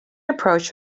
approach